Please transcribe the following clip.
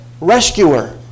rescuer